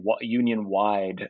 Union-wide